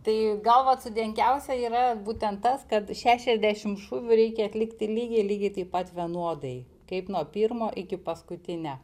tai gal vat sudėtingiausia yra būtent tas kad šešiasdešim šūvių reikia atlikti lygiai lygiai taip pat vienodai kaip nuo pirmo iki paskutinio